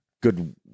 good-